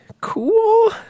Cool